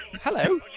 Hello